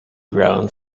ground